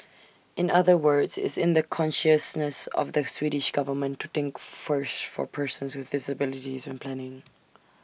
in other words it's in the consciousness of the Swedish government to think first for persons with disabilities when planning